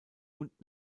und